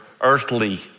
earthly